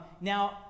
now